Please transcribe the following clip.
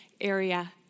area